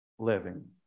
Living